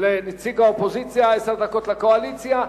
לנציג האופוזיציה, עשר דקות לקואליציה,